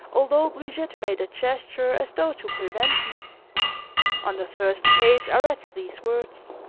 although brigitte made a gesture as though to prevent me on the first page i read these words